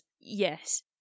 yes